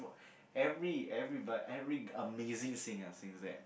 every every but every amazing things I think that